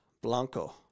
Blanco